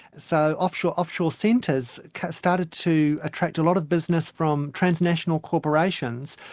so offshore offshore centres started to attract a lot of business from transnational corporations,